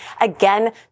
again